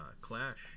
Clash